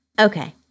Okay